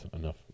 enough